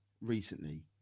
recently